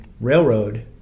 railroad